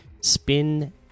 Spin